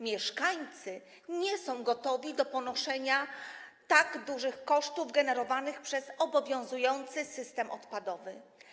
Mieszkańcy nie są gotowi do ponoszenia tak dużych kosztów generowanych przez obowiązujący system odpadowy.